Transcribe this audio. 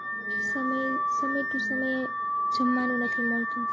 સમય ટુ સમય જમવાનું નથી મળતું